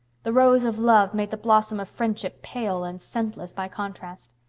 the rose of love made the blossom of friendship pale and scentless by contrast.